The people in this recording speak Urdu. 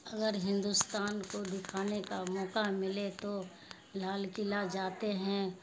اگر ہندوستان کو دکھانے کا موقع ملے تو لال قلعہ جاتے ہیں